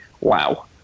Wow